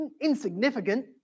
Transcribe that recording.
insignificant